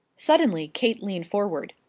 suddenly kate leaned forward.